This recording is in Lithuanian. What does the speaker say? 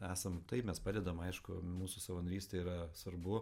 esam taip mes padedam aišku mūsų savanorystė yra svarbu